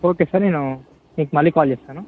okay sir నేను మీకు మళ్ళీ కాల్ చేస్తాను